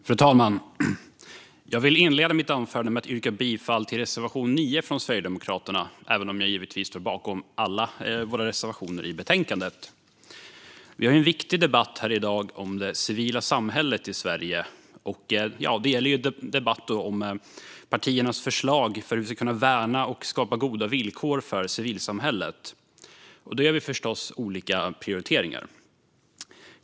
Fru talman! Jag vill inleda mitt anförande med att yrka bifall till reservation 9 från Sverigedemokraterna även om jag givetvis står bakom alla våra reservationer i betänkandet. Vi har en viktig debatt här i dag om det civila samhället i Sverige. Det är en debatt om partiernas förslag om hur vi ska kunna värna och skapa goda villkor för civilsamhället, och där gör vi förstås olika prioriteringar.